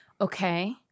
Okay